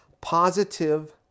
positive